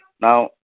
Now